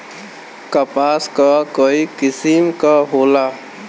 कपास क कई किसिम क होला